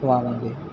ਪੁਆ ਦਿੰਦੇ ਹਾ